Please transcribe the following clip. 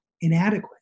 inadequate